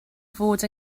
fod